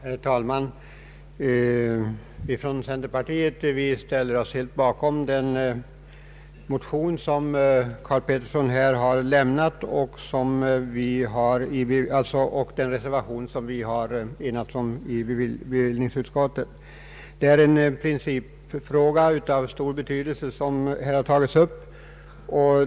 Herr talman! Från centerpartiet ställer vi oss helt bakom den motion som herr Karl Pettersson väckt och den reservation som föreligger i bevillningsutskottet. Det är en principfråga av stor betydelse som här tagits upp.